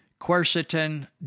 quercetin